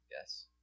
yes